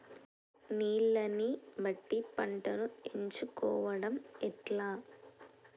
నీళ్లని బట్టి పంటను ఎంచుకోవడం ఎట్లా?